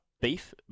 beef